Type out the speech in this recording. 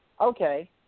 okay